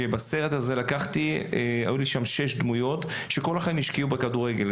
שבו היו לי שש דמויות שכל החיים השקיעו בכדורגל.